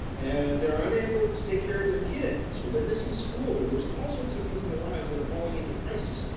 and they're unable to take care of their kids, or they're missing school or there's all sorts of things in their lives that are falling into crisis,